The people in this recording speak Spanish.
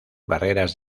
barreras